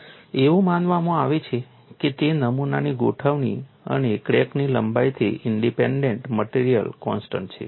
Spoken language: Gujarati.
અને એવું માનવામાં આવે છે કે તે નમૂનાની ગોઠવણી અને ક્રેકની લંબાઈથી ઇન્ડીપેન્ડન્ટ મટેરીઅલ કોન્સ્ટન્ટ છે